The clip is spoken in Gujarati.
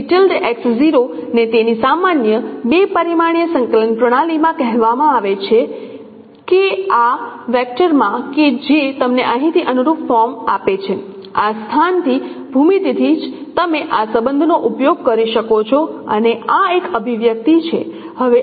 તેથી ને તેની સામાન્ય બે પરિમાણીય સંકલન પ્રણાલી માં કહેવામાં આવે છે k આ વેક્ટરમાં કે જે તમને અહીંથી અનુરૂપ ફોર્મ આપે છે આ સ્થાનથી ભૂમિતિથી જ તમે આ સંબંધનો ઉપયોગ કરી શકો છો અને આ એક અભિવ્યક્તિ છે